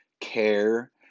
care